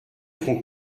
qu’on